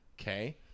Okay